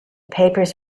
papers